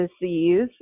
disease